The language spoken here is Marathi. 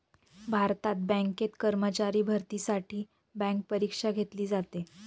भारतात बँकेत कर्मचारी भरतीसाठी बँक परीक्षा घेतली जाते